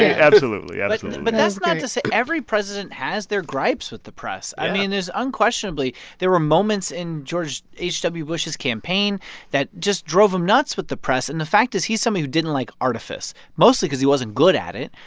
ah absolutely yeah and but that's not to say every president has their gripes with the press. i mean, there's unquestionably there were moments in george h w. bush's campaign that just drove him nuts with the press. and the fact is he's somebody who didn't like artifice, mostly because he wasn't good at it,